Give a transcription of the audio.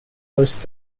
close